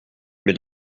mais